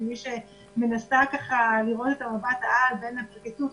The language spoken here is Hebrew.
כמי שמנסה לראות את מבט העל בין הפרקליטות,